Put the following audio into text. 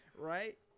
right